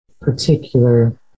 particular